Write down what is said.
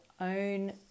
own